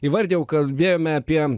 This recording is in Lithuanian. įvardijau kalbėjome apie